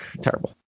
terrible